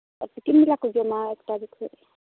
ᱟᱨ ᱛᱤᱠᱤᱱ ᱵᱮᱞᱟ ᱠᱚ ᱡᱚᱢᱟ ᱮᱠᱴᱟ ᱡᱚᱠᱷᱮᱡ